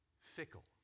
fickle